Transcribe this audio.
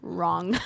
wrong